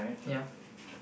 yeah